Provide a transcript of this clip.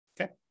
okay